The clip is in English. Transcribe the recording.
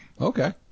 Okay